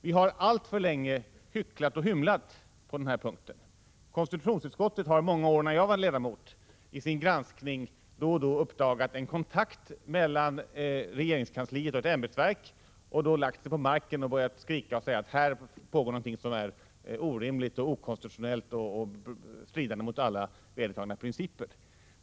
Vi har alltför länge hycklat och hymlat på denna punkt. Konstitutionsutskottet uppdagade under många år, när jag var ledamot, då och då kontakter mellan regeringskansliet och ett ämbetsverk och hade då en tendens att lägga sig på marken och börja skrika att här pågår någonting som är orimligt och okonstitutionellt och stridande mot vedertagna principer.